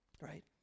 right